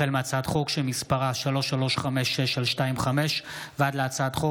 ט' בסיוון התשפ"ג (29 במאי 2023) ירושלים,